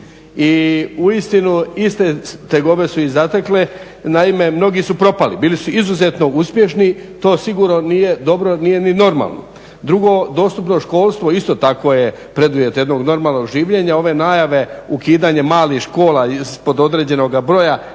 i uistinu iste tegobe su ih zatekle, naime mnogi su propali, bili su izuzetno uspješni. To sigurno nije dobro, nije ni normalno. Drugo, dostupno školstvo isto takvo je preduvjet jednog normalnog življenja. Ove najave ukidanje malih škola spod određenoga broja